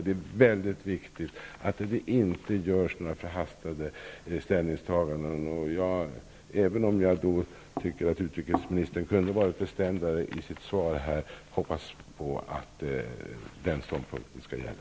Det är mycket viktigt att det inte görs några förhastade ställningstaganden. Även om jag tycker att utrikesministern kunde ha varit bestämdare i sitt svar, hoppas jag att den nämnda ståndpunkten skall gälla.